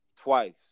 twice